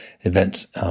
events